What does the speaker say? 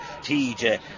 TJ